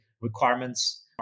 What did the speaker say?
requirements